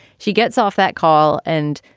she gets off that call and.